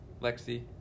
Lexi